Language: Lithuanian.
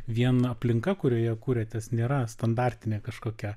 vien aplinka kurioje kuriatės nėra standartinė kažkokia